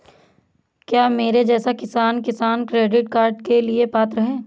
क्या मेरे जैसा किसान किसान क्रेडिट कार्ड के लिए पात्र है?